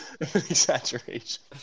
Exaggeration